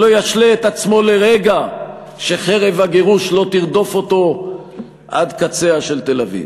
שלא ישלה את עצמו לרגע שחרב הגירוש לא תרדוף אותו עד קציה של תל-אביב.